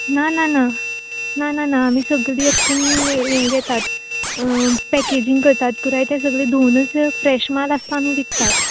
ना ना ना ना ना ना आमी सगलीं अशें करून यें घेतात पॅकेजींक करतात पुराय तें सगळें धुंवनच फ्रॅश म्हाल आसता तो आमी विकतात